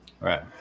right